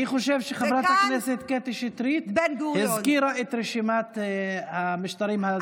אני חושב שחברת הכנסת קטי שטרית הזכירה את רשימת המשטרים הפרלמנטריים.